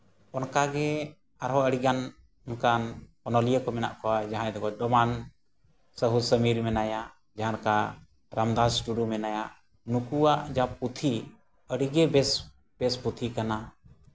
ᱚᱱᱠᱟᱜᱮ ᱟᱨᱦᱚᱸ ᱟᱹᱰᱤᱜᱟᱱ ᱱᱚᱝᱠᱟᱱ ᱚᱱᱚᱞᱤᱭᱟᱹ ᱠᱚ ᱢᱮᱱᱟᱜ ᱠᱚᱣᱟ ᱡᱟᱦᱟᱸᱭ ᱰᱚᱢᱟᱱ ᱥᱟᱹᱦᱩ ᱥᱚᱢᱤᱨ ᱢᱮᱱᱟᱭᱟ ᱡᱟᱦᱟᱸ ᱞᱮᱠᱟ ᱨᱟᱢᱫᱟᱥ ᱴᱩᱰᱩ ᱢᱮᱱᱟᱭᱟ ᱱᱩᱠᱩᱣᱟᱜ ᱡᱟᱦᱟᱸ ᱯᱩᱛᱷᱤ ᱟᱹᱰᱤᱜᱮ ᱵᱮᱥ ᱵᱮᱥ ᱯᱩᱛᱷᱤ ᱠᱟᱱᱟ